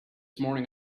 morning